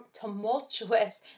tumultuous